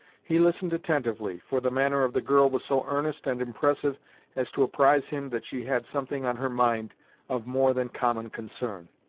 he listened attentively, for the manner of the girl was so earnest and impressive as to apprise him that she had something on her mind of more than common concern.